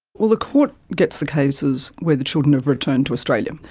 well, the court gets the cases where the children have returned to australia.